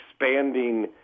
expanding